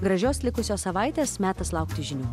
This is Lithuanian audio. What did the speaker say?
gražios likusios savaitės metas laukti žinių